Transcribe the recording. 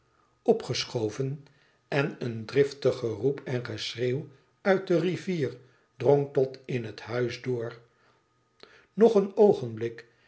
opgeschoven en een driftig geroep en geschreeuw uit de rivier drong tot in het huis door nog een oogenblik